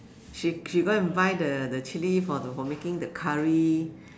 she she go and buy the the chilli for the for making the Curry